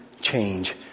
change